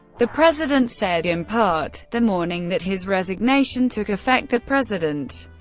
the president said, in part the morning that his resignation took effect, the president,